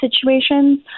situations